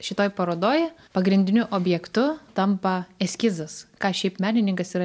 šitoj parodoj pagrindiniu objektu tampa eskizas ką šiaip menininkas yra